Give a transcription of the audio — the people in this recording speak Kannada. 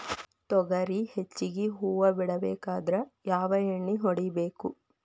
ತೊಗರಿ ಹೆಚ್ಚಿಗಿ ಹೂವ ಬಿಡಬೇಕಾದ್ರ ಯಾವ ಎಣ್ಣಿ ಹೊಡಿಬೇಕು?